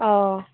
অঁ